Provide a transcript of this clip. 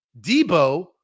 Debo